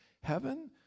Heaven